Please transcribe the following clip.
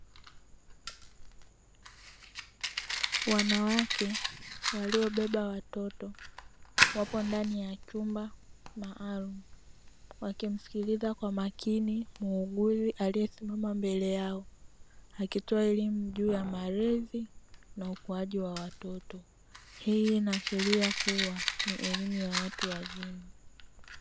Wanawake waliobeba watoto wapo ndani ya chumba maalumu, wakimsikiliza kwa makini muuguzi aliyesimama mbele yao akitoa elimu juu ya malezi na ukuaji wa watoto. Hii inaashiria kuwa ni elimu ya watu wazima.